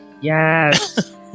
yes